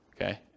Okay